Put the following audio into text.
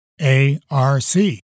A-R-C